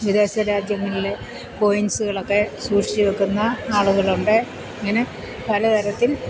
വിദേശ രാജ്യങ്ങളിൽ കോയിൻസുകളൊക്കെ സൂക്ഷിച്ച് വെക്കുന്ന ആളുകളുണ്ട് അങ്ങനെ പലതരത്തിൽ